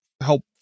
help